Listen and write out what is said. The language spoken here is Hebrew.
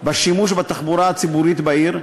בשימוש בתחבורה הציבורית בעיר,